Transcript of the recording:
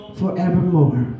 forevermore